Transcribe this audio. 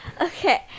Okay